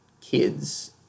kids